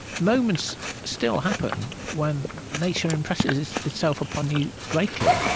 moments still happen when nature impresses itself upon you greatly.